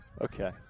Okay